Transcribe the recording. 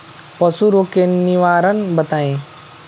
पशु रोग के निवारण बताई?